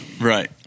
right